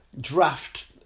draft